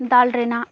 ᱫᱟᱞ ᱨᱮᱱᱟᱜ